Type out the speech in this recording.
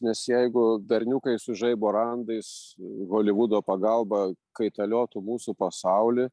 nes jeigu berniukai su žaibo randais holivudo pagalba kaitaliotų mūsų pasaulį